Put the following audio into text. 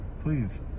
Please